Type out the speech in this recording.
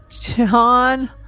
John